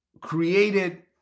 created